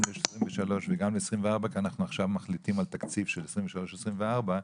ל-2023 וגם ל-2024 כי אנחנו עכשיו מחליטים על תקציב של 2023 ו-2024,